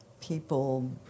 people